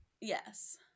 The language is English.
Yes